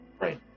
Right